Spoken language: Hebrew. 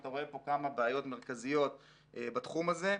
אתה רואה פה כמה בעיות מרכזיות בתחום הזה.